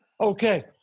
Okay